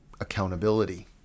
accountability